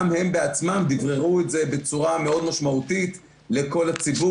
גם הם בעצמם דיבררו את זה בצורה מאוד משמעותית לכל הציבור.